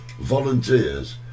volunteers